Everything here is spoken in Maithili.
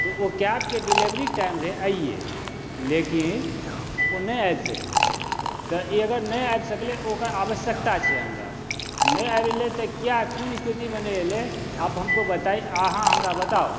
तऽ ओ कैब के डिलीवरी के टाइम रहै आइए लेकिन ओ नहि आबि सकलै तऽ ई अगर नहि आबि सकलै तऽ ओकर आवश्यकता छै हमरा आ नहि आबि गेलै तऽ किया कोनो स्थितिमे नहि एलै आप हमको बताएँ अहाँ हमरा बताऔ